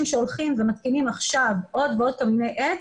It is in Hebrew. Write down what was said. שהולכים ומתקינים עכשיו עוד ועוד קמיני עץ,